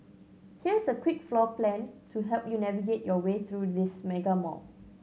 here's a quick floor plan to help you navigate your way through this mega mall